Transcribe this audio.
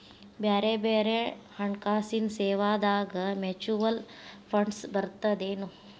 ಬ್ಯಾರೆ ಬ್ಯಾರೆ ಹಣ್ಕಾಸಿನ್ ಸೇವಾದಾಗ ಮ್ಯುಚುವಲ್ ಫಂಡ್ಸ್ ಬರ್ತದೇನು?